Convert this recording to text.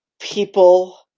people